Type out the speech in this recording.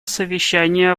совещания